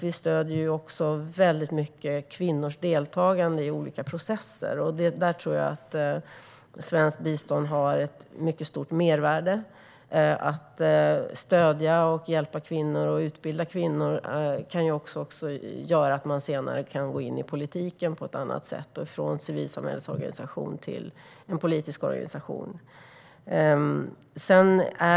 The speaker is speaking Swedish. Vi stöder också i hög grad kvinnors deltagande i olika processer. Där tror jag att svenskt bistånd har ett mycket stort mervärde. Att stödja, hjälpa och utbilda kvinnor kan också göra att de senare kan gå in i politiken på ett annat sätt - från en civilsamhällesorganisation till en politisk organisation.